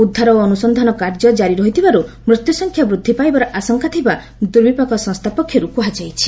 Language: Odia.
ଉଦ୍ଧାର ଓ ଅନୁସନ୍ଧାନ କାର୍ଯ୍ୟ କାରି ରହିଥିବାରୁ ମୃତ୍ୟୁସଂଖ୍ୟା ବୃଦ୍ଧି ପାଇବାର ଆଶଙ୍କା ଥିବା ଦୁର୍ବିପାକ ସଂସ୍ଥା ପକ୍ଷରୁ କୁହାଯାଇଛି